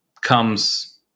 comes